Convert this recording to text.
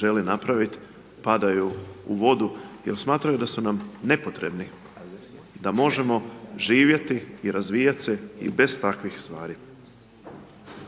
želi napraviti, padaju u vodu jel smatraju da su nam nepotrebni, da možemo živjeti i razvijati se i bez takvih stvari.